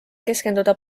keskenduda